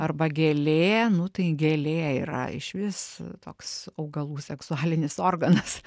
arba gėlė nu tai gėlė yra išvis toks augalų seksualinis organas